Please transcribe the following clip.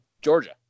Georgia